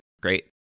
great